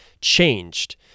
changed